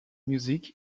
music